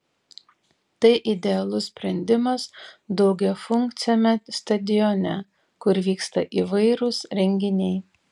tai idealus sprendimas daugiafunkciame stadione kur vyksta įvairūs renginiai